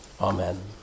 Amen